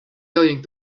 going